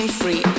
free